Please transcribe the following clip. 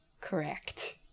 correct